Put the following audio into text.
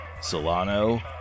Solano